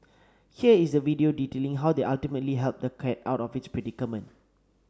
here is the video detailing how they ultimately helped the cat out of its predicament